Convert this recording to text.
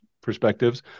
perspectives